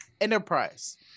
enterprise